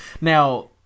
Now